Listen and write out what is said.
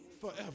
forever